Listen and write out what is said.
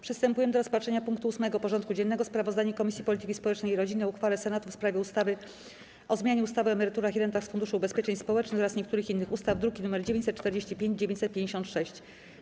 Przystępujemy do rozpatrzenia punktu 8. porządku dziennego: Sprawozdanie Komisji Polityki Społecznej i Rodziny o uchwale Senatu w sprawie ustawy o zmianie ustawy o emeryturach i rentach z Funduszu Ubezpieczeń Społecznych oraz niektórych innych ustaw (druki nr 945 i 956)